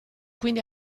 quindi